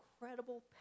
incredible